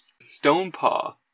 Stonepaw